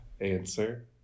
answer